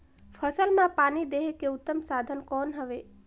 फसल मां पानी देहे के उत्तम साधन कौन हवे?